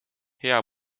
hea